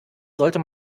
sollte